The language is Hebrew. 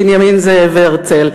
בנימין זאב הרצל,